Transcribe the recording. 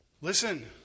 Listen